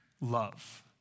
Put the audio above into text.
love